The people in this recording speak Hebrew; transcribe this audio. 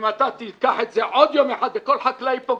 אם אתה תיקח את זה עוד יום אחד וכל חקלאי פה,